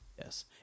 Yes